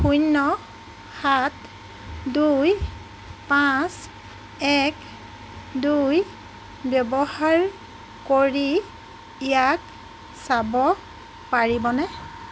শূন্য সাত দুই পাঁচ এক দুই ব্যৱহাৰ কৰি ইয়াক চাব পাৰিবনে